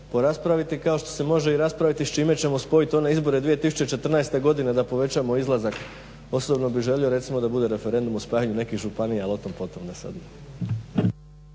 to raspraviti, kao što se može i raspraviti s čime ćemo spojiti one izbore 2014. godine da povećamo izlazak. Osobno bi želio recimo da bude referendum o spajanju nekih županija ali otom potom. **Stazić,